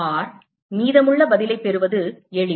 மீதமுள்ள பதிலைப் பெறுவது எளிது